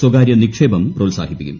സ്വകാര്യ നിക്ഷേപം പ്രോത്സാഹിപ്പിക്കും